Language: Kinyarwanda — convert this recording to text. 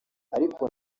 ariko